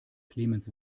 clemens